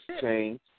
change